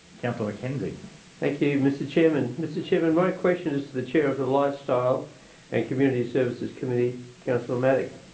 councillor mckenzie thank you, mr chair. and mr chair, and my question is to the chair of the lifestyle and community services committee councillor matic.